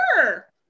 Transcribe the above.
sure